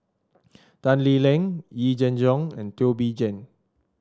Tan Lee Leng Yee Jenn Jong and Teo Bee Yen